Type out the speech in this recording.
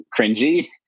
cringy